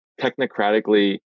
technocratically